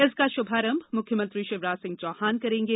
इसका शुभारम्भ मुख्यमंत्री शिवराज सिंह चौहान करेंगे